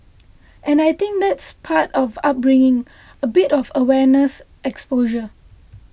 and I think that's part of upbringing a bit of awareness exposure